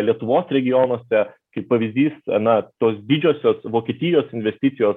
lietuvos regionuose kaip pavyzdys na tos didžiosios vokietijos investicijos